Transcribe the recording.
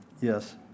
Yes